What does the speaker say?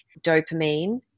dopamine